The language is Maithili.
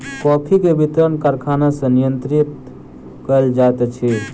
कॉफ़ी के वितरण कारखाना सॅ नियंत्रित कयल जाइत अछि